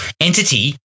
entity